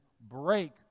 break